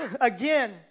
again